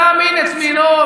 מצא מין את מינו,